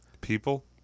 People